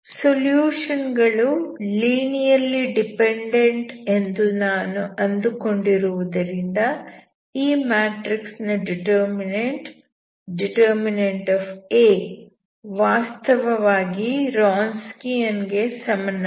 solution ಗಳು linearly dependent ಎಂದು ನಾನು ಅಂದು ಕೊಂಡಿರುವುದರಿಂದ ಈ ಮ್ಯಾಟ್ರಿಕ್ಸ್ ನ ಡಿಟರ್ಮಿನಂಟ್ det A ವಾಸ್ತವವಾಗಿ ರಾನ್ಸ್ಕಿಯನ್ ಗೆ ಸಮನಾಗಿದೆ